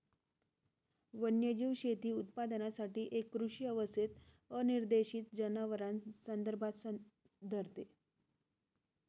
वन्यजीव शेती उत्पादनासाठी एक कृषी व्यवस्थेत अनिर्देशित जनावरांस संदर्भात धरते